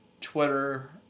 Twitter